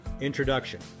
Introduction